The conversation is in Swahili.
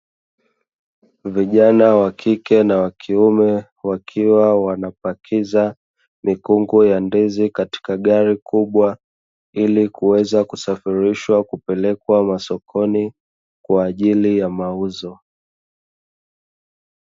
Vijana wa kike na wa kiume wakiwa wanapakiza mikungu ya ndizi katika gari kubwa ili kuweza kusafirishwa kupelekwa masokoni kwa ajili ya mauzo.